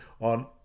on